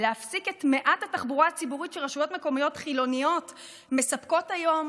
להפסיק את מעט התחבורה הציבורית שרשויות מקומיות חילוניות מספקות היום